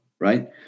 right